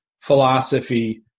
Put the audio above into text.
philosophy